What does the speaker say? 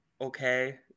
okay